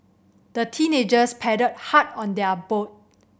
the teenagers paddled hard on their boat